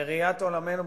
בראיית עולמנו,